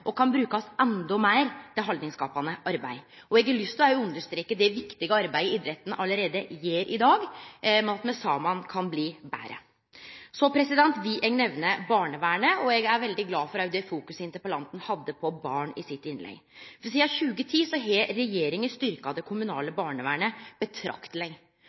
og kan brukast endå meir til haldningsskapande arbeid. Eg har lyst til å understreke det viktige arbeidet idretten gjer allereie i dag, men at me saman kan bli betre. Så vil eg nemne barnevernet. Eg er veldig glad for den fokuseringa interpellanten hadde på barn i innlegget sitt. Sidan 2010 har regjeringa styrkt det